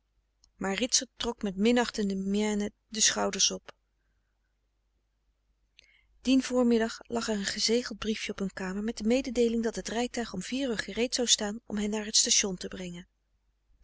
doods dien voormiddag al lag er een gezegeld briefje op hun kamer met de mededeeling dat het rijtuig om vier uur gereed zou staan om hen naar t station te brengen